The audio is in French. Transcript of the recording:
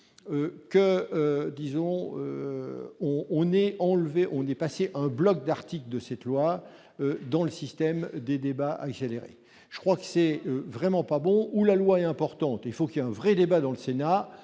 que disons on on est enlevé, on est passé, un bloc d'articles de cette loi dans le système des débats accélérés, je crois que c'est vraiment pas bon, où la loi est importante, il faut qu'il y a un vrai débat dans le Sénat